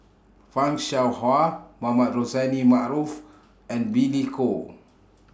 fan Shao Hua Mohamed Rozani Maarof and Billy Koh